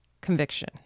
conviction